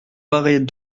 paraît